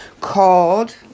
called